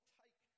take